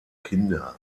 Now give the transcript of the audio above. kinder